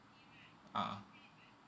a'ah